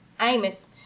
Amos